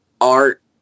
art